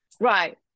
Right